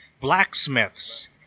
blacksmiths